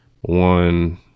one